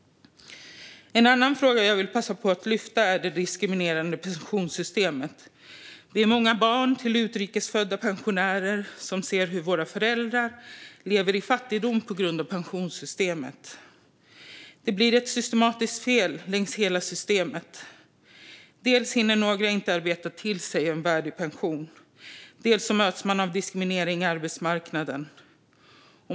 En annan fråga jag vill passa på att lyfta är det diskriminerande pensionssystemet. Vi är många barn till utrikes födda pensionärer som ser hur våra föräldrar lever i fattigdom på grund av pensionssystemet. Det blir ett genomgående systematiskt fel. Dels hinner några inte arbeta till sig en värdig pension, dels möts man av diskriminering på arbetsmarknaden.